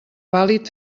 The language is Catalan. vàlid